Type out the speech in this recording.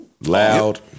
Loud